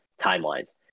timelines